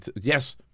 yes